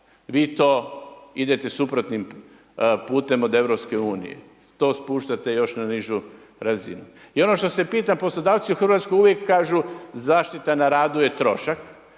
Vi to idete suprotnim putem od EU, to spuštate još na nižu razinu. I ono što se pita poslodavce i u Hrvatskoj uvijek kažu zaštita na radu je trošak,